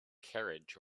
carriage